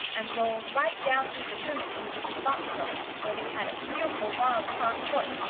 and rolled right down through the turnip chute into the box stall, where they had a fearful wild, cross horse,